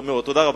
תודה רבה.